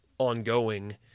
ongoing